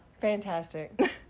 Fantastic